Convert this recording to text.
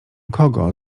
kogo